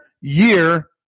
year